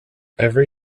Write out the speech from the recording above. every